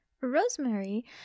Rosemary